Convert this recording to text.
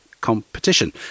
competition